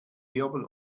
wirbel